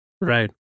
Right